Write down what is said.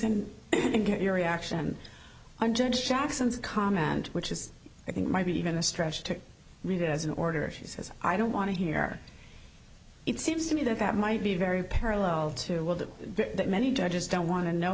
get your reaction i judge jackson's comment which is i think maybe even a stretch to read it as an order if he says i don't want to hear it seems to me that that might be very parallel to that many judges don't want to know